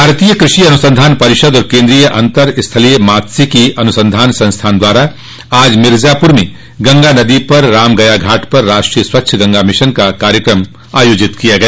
भारतीय कृषि अनुसंधान परिषद और केन्द्रीय अन्तर स्थलीय मात्सयिकी अनुसंधान संस्थान द्वारा आज मिर्जापुर में गंगा नदी पर रामगया घाट पर राष्ट्रीय स्वच्छ गंगा मिशन का कार्यकम आयोजित किया गया